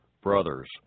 brothers